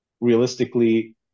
realistically